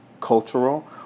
cultural